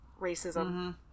racism